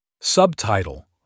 Subtitle